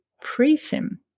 pre-SIM